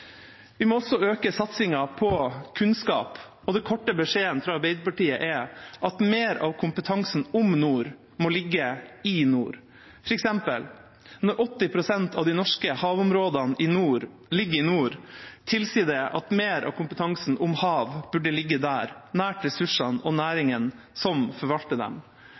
Vi må også øke satsingen på kunnskap, og den korte beskjeden fra Arbeiderpartiet er at mer av kompetansen om nord må ligge i nord. For eksempel: Når 80 pst. av de norske havområdene i nord ligger i nord, tilsier det at mer av kompetansen om hav burde ligge der, nær ressursene og næringen som forvalter dem.